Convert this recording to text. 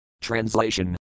Translation